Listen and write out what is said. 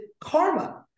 karma